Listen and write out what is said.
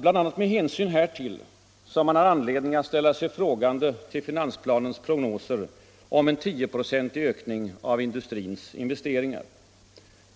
bl.a. med hänsyn härtill som man har anledning att ställa sig frågande till finansplanens prognoser om en tioprocentig ökning av industrins investeringar.